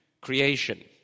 creation